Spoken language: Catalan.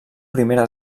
primera